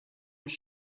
does